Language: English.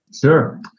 Sure